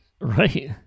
Right